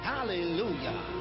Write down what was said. Hallelujah